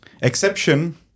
exception